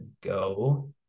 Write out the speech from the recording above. go